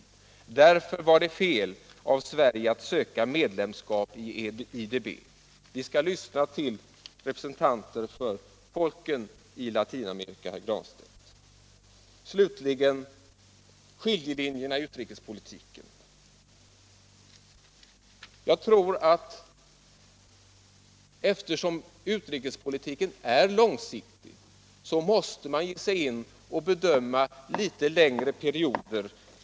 Därför var det fel av Sverige att söka medlemskap i IDB.” — Vi skall lyssna till representanter för de förtryckta folken i Latinamerika, herr Granstedt. Slutligen vill jag beröra skiljelinjerna i utrikespolitiken. Eftersom utrikespolitiken är långsiktig tror jag att man måste ge sig in och bedöma litet längre perioder.